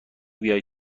بیای